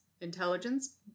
intelligence